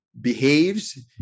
behaves